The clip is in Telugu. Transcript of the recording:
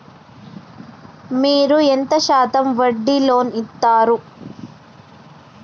మీరు ఎంత శాతం వడ్డీ లోన్ ఇత్తరు?